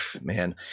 man